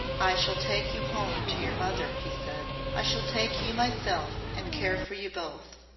i shall take you home to your mother, he said. i shall take you myself and care for you both.